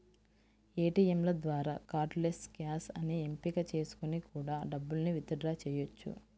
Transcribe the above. ఏటియంల ద్వారా cardless cash అనే ఎంపిక చేసుకొని కూడా డబ్బుల్ని విత్ డ్రా చెయ్యొచ్చు